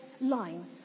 line